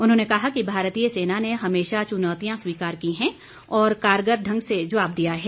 उन्होंने कहा कि भारतीय सेना ने हमेशा चुनौतियां स्वीकार की हैं और कारगर ढंग से जवाब दिया है